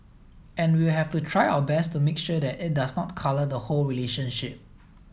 and we will have to try our best to make sure that it does not colour the whole relationship